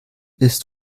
ist